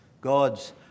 God's